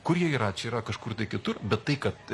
kur jie yra čia yra kažkur kitur bet tai kad